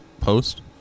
post